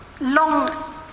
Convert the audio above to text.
long